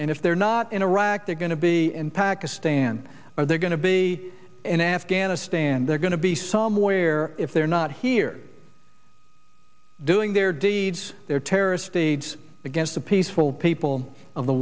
and if they're not in iraq they're going to be in pakistan or they're going to be in afghanistan they're going to be somewhere if they're not here doing their deeds their terrorist steeds against the peaceful people of the